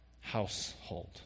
household